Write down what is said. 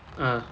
ah